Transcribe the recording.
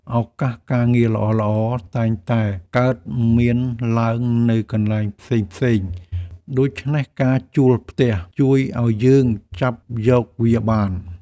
ឱកាសការងារល្អៗតែងតែកើតមានឡើងនៅកន្លែងផ្សេងៗ ដូច្នេះការជួលផ្ទះជួយឱ្យយើងចាប់យកវាបាន។